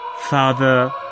Father